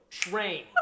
Train